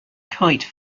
kite